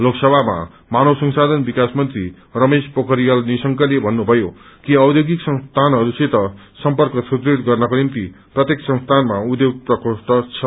लोकसभामा मानव संशाधन विकास मन्त्री रमेश पोखरियाले निशंकले भन्नुभयो कि औयोगिकी संस्थानहरूसित सम्पर्क सुदुङ गर्नको निम्ति प्रत्येक संस्थानमा उयोग प्रकोष्ठ छन्